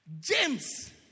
James